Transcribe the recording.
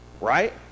right